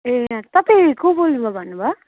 ए तपाईँ को बोल्नु भन्नुभयो